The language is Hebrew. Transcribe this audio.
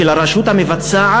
של הרשות המבצעת,